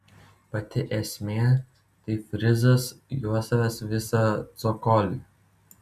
pati esmė tai frizas juosęs visą cokolį